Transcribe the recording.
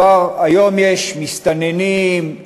היום יש מסתננים,